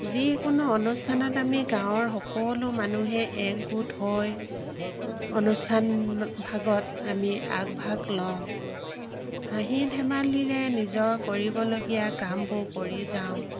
যিকোনো অনুষ্ঠানত আমি গাঁৱৰ সকলো মানুহে এক গোট হৈ অনুষ্ঠানভাগত আমি আগভাগ লওঁ হাঁহি ধেমালিৰে নিজৰ কৰিবলগীয়া কামবোৰ কৰি যাওঁ